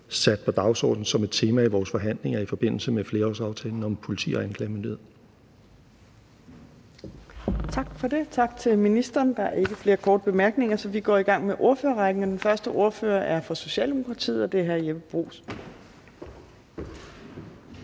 sat på dagsordenen som et tema i vores forhandlinger i forbindelse med flerårsaftalen for politi og anklagemyndighed. Kl. 15:04 Fjerde næstformand (Trine Torp): Tak for det. Tak til ministeren. Der er ikke flere korte bemærkninger. Så vi går i gang med ordførerrækken, og den første ordfører er fra Socialdemokratiet, og det er hr. Jeppe Bruus.